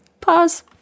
pause